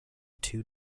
two